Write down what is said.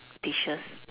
dishes